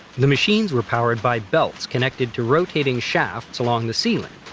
the machines were powered by belts connected to rotating shafts along the ceiling.